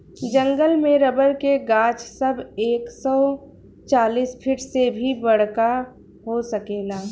जंगल में रबर के गाछ सब एक सौ चालीस फिट से भी बड़का हो सकेला